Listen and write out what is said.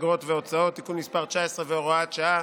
אגרות והוצאות (תיקון מס' 19 והוראת שעה)